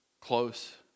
close